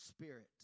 spirit